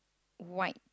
white